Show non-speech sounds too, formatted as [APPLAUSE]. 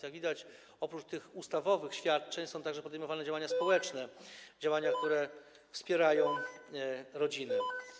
Jak widać, oprócz tych ustawowych świadczeń są również podejmowane działania społeczne, [NOISE] które wspierają rodzinę.